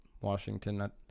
Washington